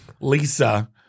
Lisa